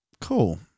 Cool